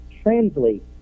translate